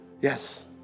Yes